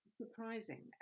surprising